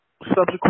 subsequent